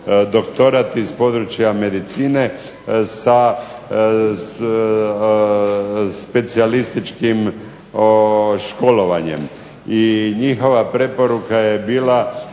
doktorat iz područja medicine sa specijalističkim školovanjem. I njihova preporuka je bila